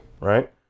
right